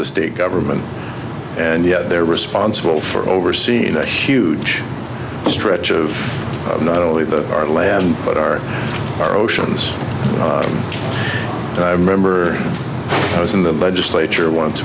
the state government and yet they're responsible for overseeing a huge stretch of not only the our land but our our oceans and i remember i was in the legislature once